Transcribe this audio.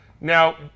now